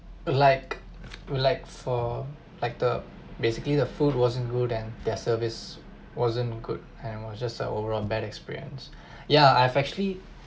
like pu~ like for like the basically the food wasn't good and their service wasn't good and was just an overall bad experience yeah I've actually